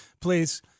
please